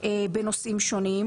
בנושאים שונים,